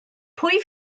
pwy